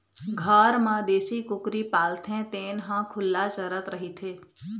घर म देशी कुकरी पालथे तेन ह खुल्ला चरत रहिथे